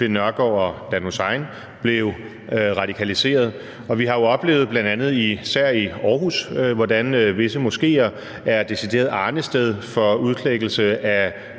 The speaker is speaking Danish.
Finn Nørgaard og Dan Hussein, blevet radikaliseret. Vi har jo oplevet, bl.a. især i Aarhus, hvordan visse moskéer er decideret arnested for udklækkelse af